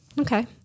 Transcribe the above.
Okay